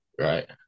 Right